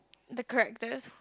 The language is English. the characters